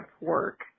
work